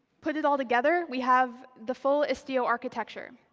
put it all together, we have the full istio architecture.